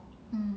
mm